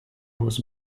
was